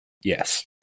Yes